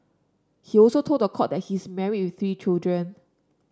he also told the court that he's married with three children